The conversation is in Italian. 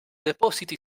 depositi